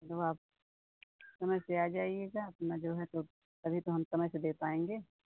तो आप समय से आ जाइयेगा अपना जो है सो तभी तो हम समय पे दे पाएंगे